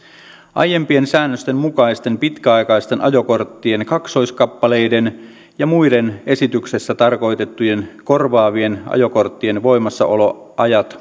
aiempien säännösten mukaisten pitkäaikaisten ajokorttien kaksoiskappaleiden ja muiden esityksessä tarkoitettujen korvaavien ajokorttien voimassaoloajat